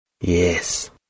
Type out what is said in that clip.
Yes